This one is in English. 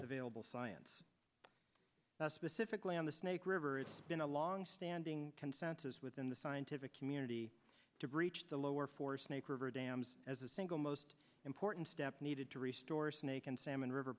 available science specifically on the snake river it's been a longstanding consensus within the scientific community to breach the lower four snake river dams as a single most important step needed to restore snake and salmon river